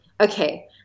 Okay